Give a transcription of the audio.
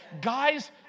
Guys